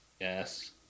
Yes